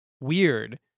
weird